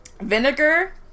Vinegar